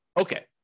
Okay